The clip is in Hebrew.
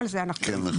יש לי שאלה.